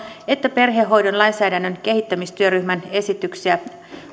että asteittain perhehoidon lainsäädännön kehittämistyöryhmän esityksiä